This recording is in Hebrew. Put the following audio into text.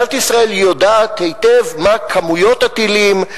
מדינת ישראל יודעת היטב מה כמויות הטילים,